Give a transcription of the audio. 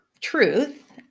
truth